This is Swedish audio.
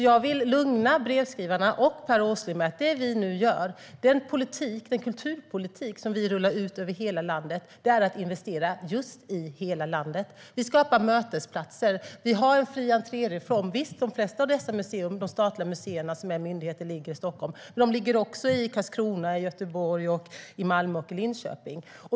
Jag vill lugna brevskrivarna och Per Åsling med att det vi nu gör och den kulturpolitik som vi rullar ut över hela landet är att investera just i hela landet. Vi skapar mötesplatser, och vi har en fri-entré-reform. Visst - de flesta av de statliga museer som är myndigheter ligger i Stockholm, men de finns också i Karlskrona, Göteborg, Malmö och Linköping.